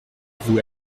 vous